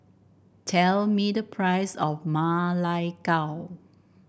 tell me the price of Ma Lai Gao